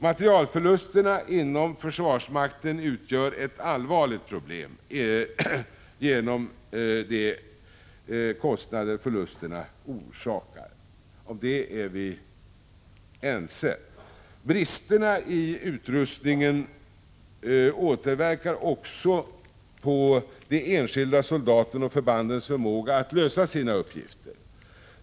Materielförlusterna inom försvarsmakten utgör ett allvarligt problem genom de kostnader förlusterna orsakar — det är vi ense om. Bristerna i fråga om utrustningen återverkar också på de enskilda soldaternas och på förbandens förmåga att lösa sina uppgifter.